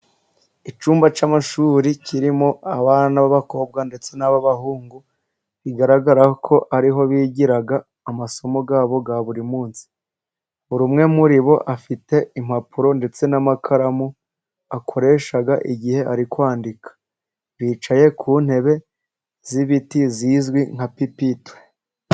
Icyumba cy'amashuri kirimo abana b'abakobwa ndetse n'abahungu, bigaragara ko ariho bigira amasomo yabo ya buri munsi. Buri umwe muri bo afite impapuro ndetse n'amakaramu akoresha igihe ari kwandika. Bicaye ku ntebe z'ibiti zizwi nka pipitire.